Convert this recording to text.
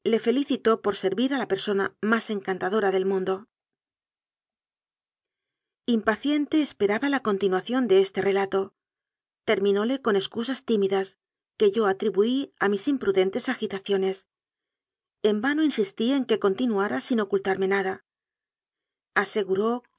le felicitó por servir a la persona más encantadora del mundo impaciente esperaba la continuación de este re lato terminóle con excusas tímidas que yo atri buí a mis imprudentes agitaciones en vano insis tí en que continuara sin ocultarme nada aseguró que